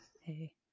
Hey